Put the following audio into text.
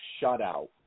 shutout